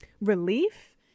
relief